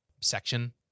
section